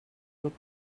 look